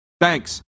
Thanks